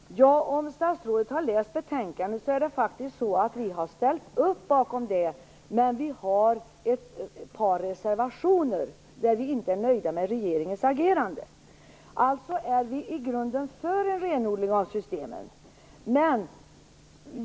Herr talman! Om statsrådet har läst betänkandet har hon sett att vi faktiskt har ställt upp bakom det, men vi har ett par reservationer där vi inte är nöjda med regeringens agerande. Alltså är vi i grunden för en renodling av systemen.